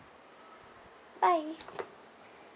bye